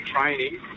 training